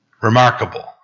Remarkable